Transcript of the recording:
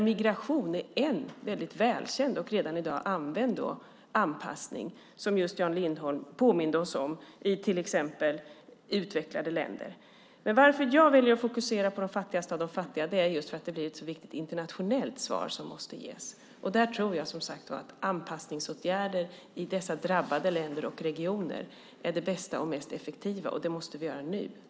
Migration är en välkänd och redan i dag använd anpassning, som Jan Lindholm påminde oss om, i till exempel utvecklade länder. Varför jag väljer att fokusera på de fattigaste av de fattiga är just att det är ett viktigt internationellt svar som måste ges. Där tror jag, som sagt var, att anpassningsåtgärder i dessa drabbade länder och regioner är det bästa och mest effektiva, och det måste vi göra nu.